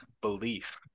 belief